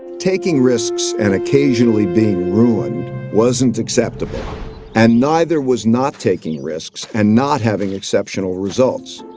taking risks and occasionally being ruined wasn't acceptable and neither was not taking risks and not having exceptional results.